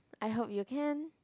I hope you can